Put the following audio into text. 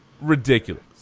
Ridiculous